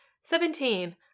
Seventeen